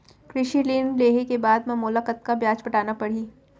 कृषि ऋण लेहे के बाद म मोला कतना ब्याज पटाना पड़ही?